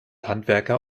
handwerker